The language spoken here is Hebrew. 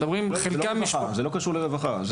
זה לא קשור לרווחה,